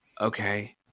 okay